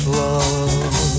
love